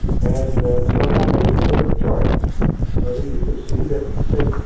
and so i made for them a chart that you can see, that said,